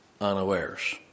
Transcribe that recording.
unawares